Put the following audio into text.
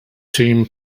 team